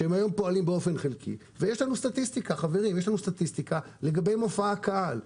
שהיום פועלים באופן חלקי ויש לנו סטטיסטיקה לגבי מופע הקהל.